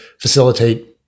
facilitate